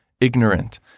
ignorant